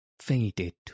Faded